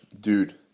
dude